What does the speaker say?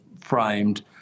framed